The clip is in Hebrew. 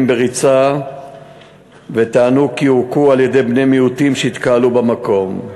בריצה וטענו כי הוכו על-ידי בני מיעוטים שהתקהלו במקום.